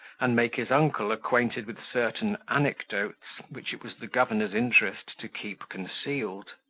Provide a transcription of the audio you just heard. and make his uncle acquainted with certain anecdotes, which it was the governor's interest to keep concealed.